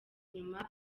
inyuma